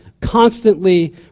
constantly